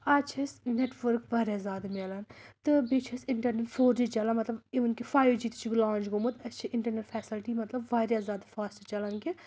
آز چھِ اَسہِ نٮ۪ٹؤرٕک واریاہ زیادٕ مِلان تہٕ بیٚیہِ چھِ اَسہِ اِنٹَرنٮ۪ٹ فور جی چَلان مطلب اِوٕن کہِ فایِو جی تہِ چھُکھ لانٛج گوٚمُت اَسہِ چھِ اِنٹَرنٮ۪ٹ فٮ۪سَلٹی مطلب واریاہ زیادٕ فاسٹ چَلان کہِ